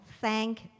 thank